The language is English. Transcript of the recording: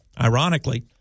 ironically